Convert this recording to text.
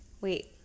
Wait